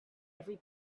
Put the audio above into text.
every